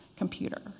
computer